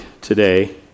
today